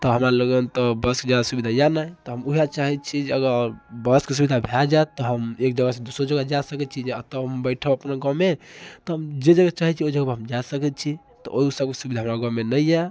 तऽ हमरा लगन तऽ बसके सुविधा यऽ नहि तऽ हम ओएह चाहैत छी जे अगर बसके सुविधा भए जाएत तऽ हम एक जगह से दूसरो जगह जाए सकैत छी जे एतऽ हम बैठब अपना गाँवमे तऽ हम जे जे चाहैत छी ओहि जगह पर हम जा सकैत छी तऽ ओहि सबके सुविधा हमरा गाँवमे नहि यऽ